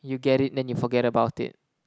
you get it then you forget about it